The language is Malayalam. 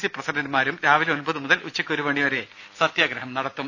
സി പ്രസിഡന്റുമാരും രാവിലെ ഒമ്പതു മുതൽ ഉച്ചയ്ക്ക് ഒരു മണി വരെ സത്യാഗ്രഹം നടത്തും